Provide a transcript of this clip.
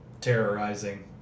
terrorizing